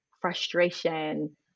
frustration